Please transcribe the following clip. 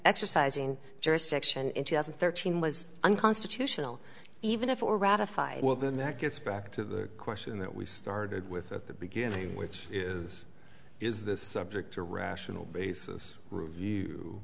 exercising jurisdiction in two thousand and thirteen was unconstitutional even if it were ratified well then that gets back to the question that we started with at the beginning which is is this subject a rational basis review